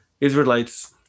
israelites